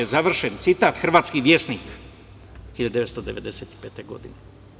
Završen citat, Hrvatski Vjesnik, 1995. godine.